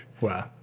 Wow